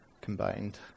combined